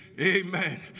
Amen